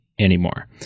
anymore